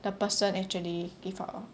the person actually before